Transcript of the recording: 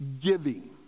Giving